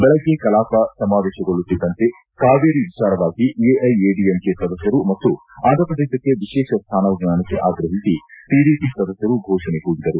ಬೆಳಗ್ಗೆ ಕಲಾಪ ಸಮಾವೇಶಗೊಳ್ಳುತ್ತಿದ್ದಂತೆ ಕಾವೇರಿ ವಿಚಾರವಾಗಿ ಎಐಎಡಿಎಮ್ಕೆ ಸದಸ್ಯರು ಮತ್ತು ಆಂಧ್ರಪ್ರದೇಶಕ್ಕೆ ವಿಶೇಷ ಸ್ಯಾನಮಾನಕ್ಕೆ ಆಗ್ರಹಿಸಿ ಟಡಿಪಿ ಸದಸ್ಯರು ಘೋಷಣೆ ಕೂಗಿದರು